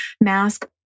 mask